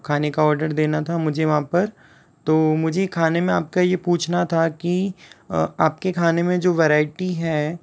खाने का ऑर्डर देना था मुझे वहाँ पर तो मुझे खाने में आपका ये पूछना था कि आपके खाने में जो वैराइटी है